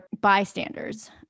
bystanders